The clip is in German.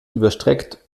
überstreckt